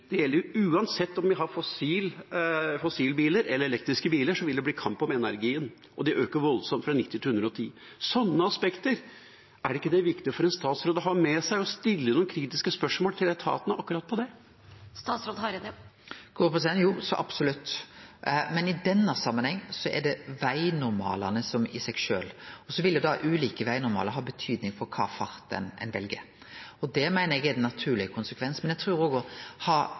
det gjelder uansett om vi har fossilbiler eller elektriske biler, det vil bli kamp om energien, og det øker voldsomt fra 90 til 110 – er det ikke viktig for en statsråd å ha med seg sånne aspekter og stille noen kritiske spørsmål til etatene om akkurat det? Jo, så absolutt, men i denne samanhengen er det vegnormalane i seg sjølve, og så vil ulike vegnormalar ha betyding for kva fart ein vel. Det meiner eg er ein naturleg konsekvens. Men eg trur òg på ein måte at det å ha